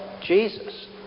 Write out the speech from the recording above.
Jesus